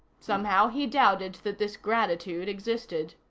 somehow, he doubted that this gratitude existed.